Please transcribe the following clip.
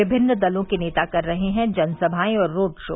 विभिन्न दलों के नेता कर रहे हैं जनसभाएं और रोड़ शो